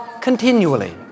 Continually